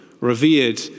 revered